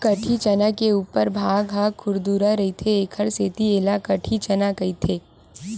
कटही चना के उपर भाग ह खुरदुरहा रहिथे एखर सेती ऐला कटही चना कहिथे